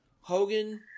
Hogan